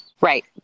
Right